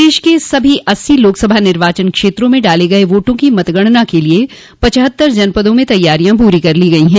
प्रदेश के सभी अस्सी लोकसभा निर्वाचन क्षेत्रों में डाले गये वोटों की मतगणना के लिये पचहत्तर जनपदों में तैयारियां पूरी कर ली गई हैं